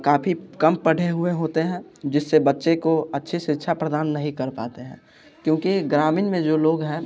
काफ़ी कम पढ़े हुए होते हैं जिससे बच्चे को अच्छे शिक्षा प्रदान नहीं कर पाते हैं क्योंकि ग्रामीण में जो लोग हैं